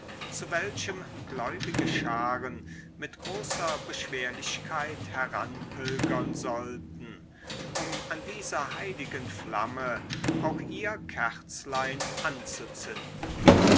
zu welchem gläubige scharen mit großer beschwerlichkeit heranpilgern sollten um an dieser heiligen flamme auch ihr kerzlein anzuzünden